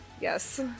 Yes